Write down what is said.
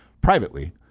privately